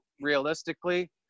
realistically